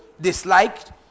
disliked